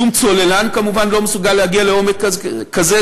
שום צוללן כמובן לא מסוגל להגיע לעומק כזה,